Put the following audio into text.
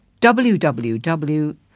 www